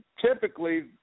typically